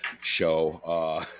show